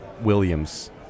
Williams